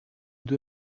due